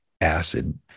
acid